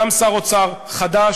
שימונה גם שר אוצר חדש,